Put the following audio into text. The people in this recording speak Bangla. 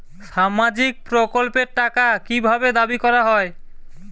সামাজিক প্রকল্পের টাকা কি ভাবে দাবি করা হয়?